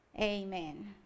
Amen